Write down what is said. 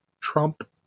Trump